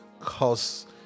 cause